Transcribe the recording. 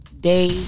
day